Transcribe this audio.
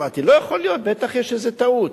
אמרתי: לא יכול להיות, בטח יש איזו טעות.